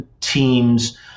teams